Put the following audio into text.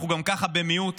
אנחנו גם ככה במיעוט,